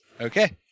Okay